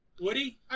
Woody